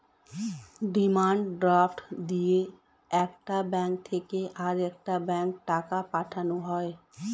demand draft দিয়ে একটা bank থেকে আরেকটা ব্যাঙ্কে টাকা পাঠানো হয়